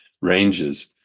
ranges